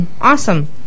Awesome